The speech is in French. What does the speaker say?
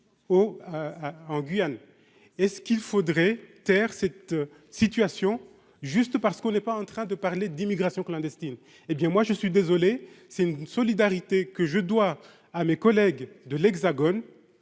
en Guyane et ce qu'il faudrait taire cette situation juste parce qu'on n'est pas en train de parler d'immigration clandestine, hé bien moi, je suis désolé, c'est une solidarité que je dois à mes collègues de l'Hexagone